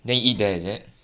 then you eat there is it